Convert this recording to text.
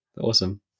Awesome